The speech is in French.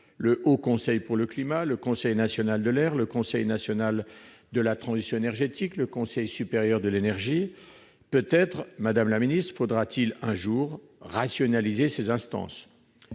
le Haut Conseil pour le climat, le Conseil national de l'air, le Conseil national de la transition écologique, le Conseil supérieur de l'énergie. Peut-être faudra-t-il un jour rationaliser ces instances,